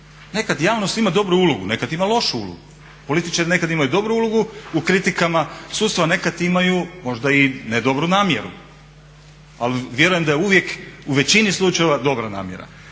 Nekad i javnost ima dobru ulogu, neka ima lošu ulogu. Političari nekad imaju dobru ulogu u kritikama sudstva a nekad imaju možda i ne dobru namjeru ali vjerujem da je uvijek u većini slučajeva dobra namjera.